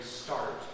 start